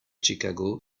chicago